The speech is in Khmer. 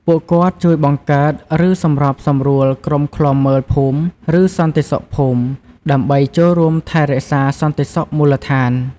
ពួកគាត់ជួយបង្កើត ឬសម្របសម្រួលក្រុមឃ្លាំមើលភូមិ ឬសន្តិសុខភូមិដើម្បីចូលរួមថែរក្សាសន្តិសុខមូលដ្ឋាន។